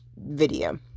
video